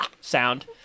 sound